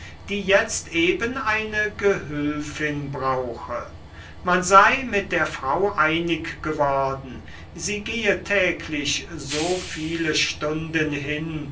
die jetzt eben eine gehülfin brauche man sei mit der frau einig geworden sie gehe täglich so viele stunden hin